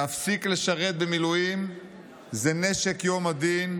להפסיק לשרת במילואים זה נשק יום הדין,